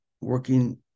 working